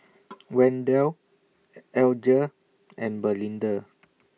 Wendell Alger and Belinda